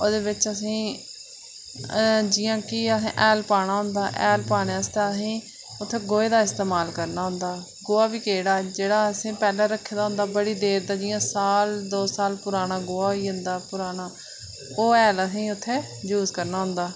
ते ओह्दे बिच असेंगी जि'या कि हैल पाना होंदा हैल पाै आस्तै असेंगी उत्थें गोहे दा इस्तेमाल करना होंदा ते गोहा बी केह्ड़ा जेह्ड़ा असें पैह्लें रक्खे दा होंदा थोह्ड़ी देर पराना जि'यां साल दौं साल पराना गोहा होई जंदा पराना ओह् हैल असें यूज़ करना होंदा पराना